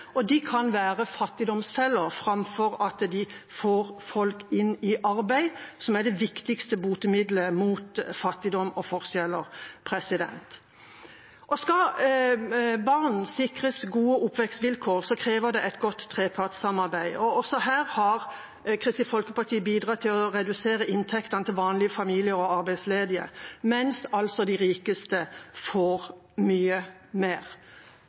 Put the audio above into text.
og de kan være fattigdomsfeller framfor at de får folk i arbeid, som er det viktigste botemidlet mot fattigdom og forskjeller. Skal barn sikres gode oppvekstvilkår, krever det et godt trepartssamarbeid. Også her har Kristelig Folkeparti bidratt til å redusere inntektene til vanlige familier og arbeidsledige, mens de rikeste altså får mye mer.